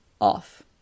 off